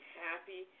happy